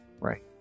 Right